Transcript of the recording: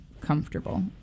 comfortable